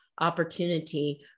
opportunity